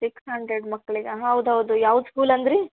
six hundred ಮಕ್ಕಳಿಗಾ ಹೌದು ಹೌದು ಯಾವ ಸ್ಕೂಲ್ ಅಂದಿರಿ